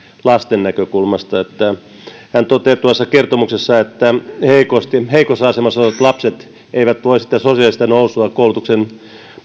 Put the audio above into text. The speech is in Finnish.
lasten näkökulmasta hän toteaa tuossa kertomuksessa että heikossa asemassa olevat lapset eivät voi sitä sosiaalista nousua koulutuksen